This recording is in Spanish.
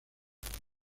formas